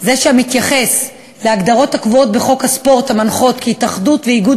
זה שמתייחס להגדרות הקבועות בחוק הספורט המנחות כי התאחדות ואיגוד